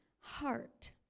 heart